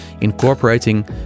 incorporating